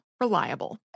reliable